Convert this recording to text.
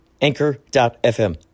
Anchor.fm